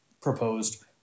proposed